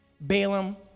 Balaam